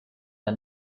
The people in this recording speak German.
der